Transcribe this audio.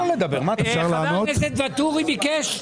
חבר הכנסת ואטורי ביקש.